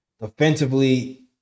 Offensively